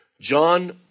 John